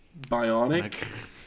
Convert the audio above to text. bionic